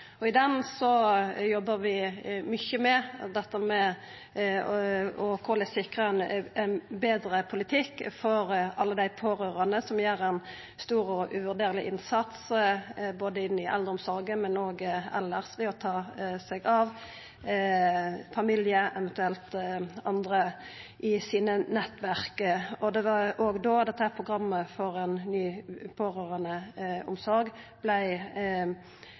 omsorg. I den samanhengen jobba vi mykje med korleis ein sikrar ein betre politikk for alle dei pårørande som gjer ein stor og uvurderleg innsats, både innan eldreomsorga og elles, ved å ta seg av familie og eventuelt andre i sine nettverk. Det var da dette programmet for ei ny